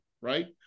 right